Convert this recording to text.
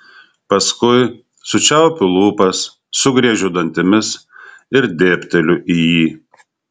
paskui sučiaupiu lūpas sugriežiu dantimis ir dėbteliu į jį